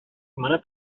моны